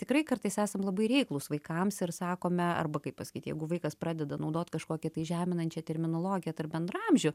tikrai kartais esam labai reiklūs vaikams ir sakome arba kaip pasakyt jeigu vaikas pradeda naudot kažkokią tai žeminančią terminologiją tarp bendraamžių